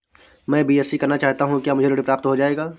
मैं बीएससी करना चाहता हूँ क्या मुझे ऋण प्राप्त हो जाएगा?